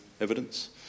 evidence